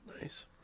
nice